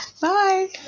bye